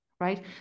right